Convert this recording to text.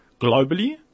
globally